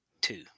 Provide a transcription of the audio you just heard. two